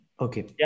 Okay